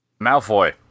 Malfoy